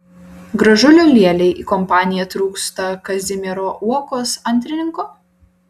gražulio lėlei į kompaniją trūksta kazimiero uokos antrininko